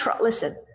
listen